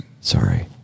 Sorry